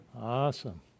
awesome